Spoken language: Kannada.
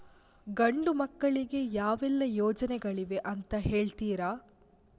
ಗಂಡು ಮಕ್ಕಳಿಗೆ ಯಾವೆಲ್ಲಾ ಯೋಜನೆಗಳಿವೆ ಅಂತ ಹೇಳ್ತೀರಾ?